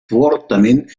fortament